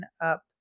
up